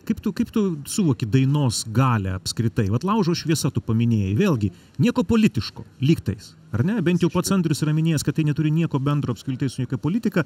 kaip tu kaip tu suvoki dainos galią apskritai vat laužo šviesa tu paminėjai vėlgi nieko politiško lygtais ar ne bent jau pats andrius yra minėjęs kad tai neturi nieko bendro apskritai su jokia politika